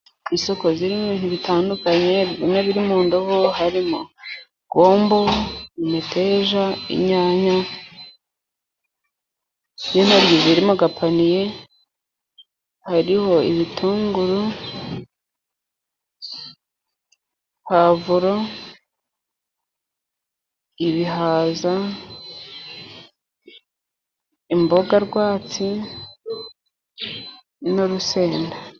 Isoko ririmo ibintu bitandukanye, bimwe biri mu ndobo harimo :gombo, imeteja, inyanya n'intoryi ziri mu ndobo ;hariho ibitunguru, puwavuro, ibihaza, imboga rwatsi n'urusenda.